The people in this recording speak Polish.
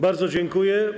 Bardzo dziękuję.